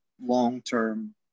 long-term